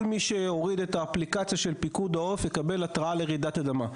כל מי שמוריד את האפליקציה של פיקוד העורף יקבל התרעה על רעידת אדמה.